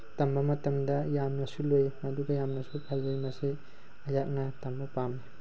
ꯇꯝꯕ ꯃꯇꯝꯗ ꯌꯥꯝꯅꯁꯨ ꯂꯨꯏ ꯑꯗꯨꯒ ꯌꯥꯝꯅꯁꯨ ꯐꯖꯩ ꯃꯁꯤ ꯑꯩꯍꯥꯛꯅ ꯇꯝꯕ ꯄꯥꯝꯃꯤ